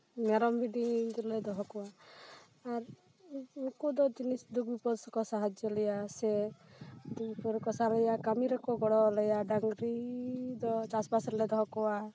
ᱢᱮᱨᱚᱢ ᱵᱷᱤᱰᱤ ᱩᱱᱠᱩ ᱞᱮ ᱫᱚᱦᱚ ᱠᱚᱣᱟ ᱟᱨ ᱩᱱᱠᱩ ᱫᱚ ᱡᱤᱱᱤᱥ ᱨᱮᱠᱚ ᱥᱟᱦᱟᱡᱡᱳ ᱞᱮᱭᱟ ᱥᱮ ᱫᱩᱠ ᱨᱮᱠᱚ ᱥᱟᱸᱜᱮᱭᱟ ᱠᱟᱹᱢᱤ ᱨᱮᱠᱚ ᱜᱚᱲᱚᱣᱟᱞᱮᱭᱟ ᱰᱟᱝᱨᱤ ᱫᱚ ᱪᱟᱥᱵᱟᱥ ᱨᱮᱞᱮ ᱫᱚᱦᱚ ᱠᱚᱣᱟ